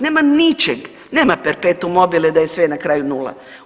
Nema ničeg, nema perpetuum mobile da je sve na kraju nula.